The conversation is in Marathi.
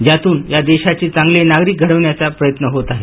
ज्यातून या देशाचे चांगले नागरिक घडवण्याचा प्रयत्न होत आहे